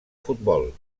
futbol